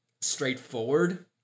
straightforward